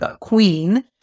Queen